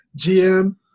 GM